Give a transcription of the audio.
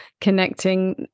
connecting